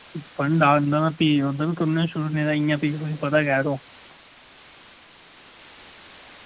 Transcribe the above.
fund आंदा तां फ्ही ओह्दा बी करुड़नेआं शुरू नेईं तां फ्ही तुसें पता गै यरो